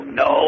no